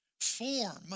form